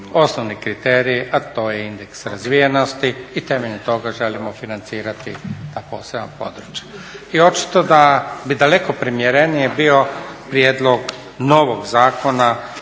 osnovni kriterij a to je indeks razvijenosti i temeljem toga želimo financirati ta posebna područja. I očito da bi daleko primjerenije bio prijedlog novog Zakona